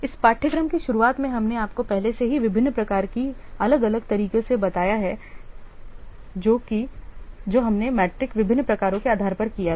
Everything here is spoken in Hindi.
इस पाठ्यक्रम की शुरुआत में हमने आपको पहले से ही विभिन्न प्रकार की को अलग अलग तरीके से बताया है जो हमने मीट्रिक विभिन्न प्रकारों के आधार पर किया है